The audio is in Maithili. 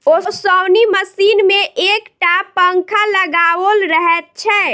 ओसौनी मशीन मे एक टा पंखा लगाओल रहैत छै